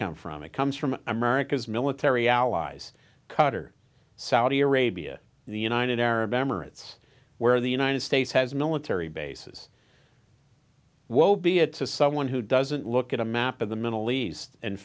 come from it comes from america's military allies cutter saudi arabia the united arab emirates where the united states has military bases woe be it to someone who doesn't look at a map of the middle east and